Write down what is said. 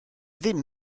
ddim